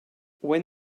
when